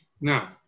Now